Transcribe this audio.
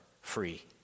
free